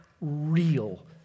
real